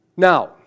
Now